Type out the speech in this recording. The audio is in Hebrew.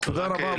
תודה רבה,